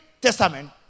testament